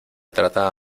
trata